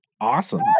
awesome